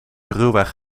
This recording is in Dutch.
ruwweg